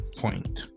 point